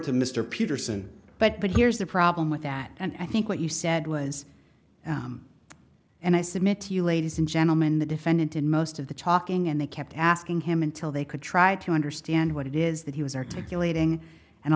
to mr peterson but but here's the problem with that and i think what you said was and i submit to you ladies and gentlemen the defendant in most of the talking and they kept asking him until they could try to understand what it is that he was articulating and a